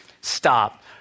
Stop